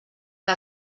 que